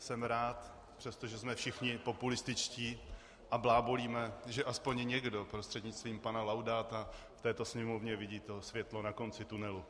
Jsem rád, přestože jsme všichni populističtí a blábolíme, že aspoň někdo prostřednictvím pana Laudáta v této Sněmovně vidí světlo na konci tunelu.